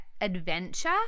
adventure